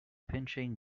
pinching